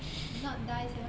if not die sia